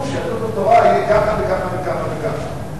כתוב שליהדות התורה יהיה ככה וככה וככה וככה.